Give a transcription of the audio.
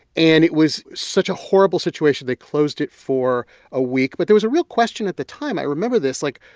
and it was such a horrible situation, they closed it for a week. but there was a real question at the time. i remember this, like,